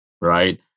Right